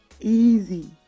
easy